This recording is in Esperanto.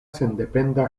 sendependa